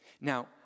Now